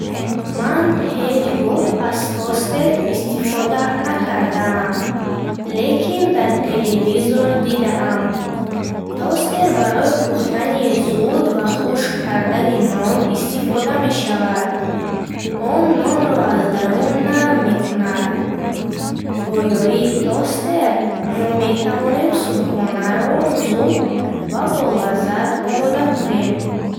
Ман ҳеҷ гоҳ аз тостер истифода накардам, лекин дар телевизор дидам. Тостер барои пухтани зуд ва хушк кардани нон истифода мешавад. Он нонро аз дарун нарм мекунад. Бо ёрии тостер мо метавонем субҳонаро зуд ва болаззат омода кунем.